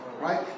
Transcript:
right